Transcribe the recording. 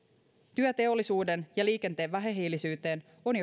työ teollisuuden ja liikenteen vähähiilisyyteen on